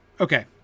Okay